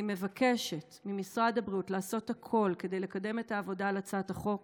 אני מבקשת ממשרד הבריאות לעשות הכול כדי לקדם את העבודה על הצעת החוק